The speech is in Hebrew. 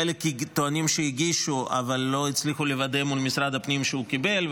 חלק טוענים שהגישו אבל לא הצליחו לוודא מול משרד הפנים שהוא קיבל,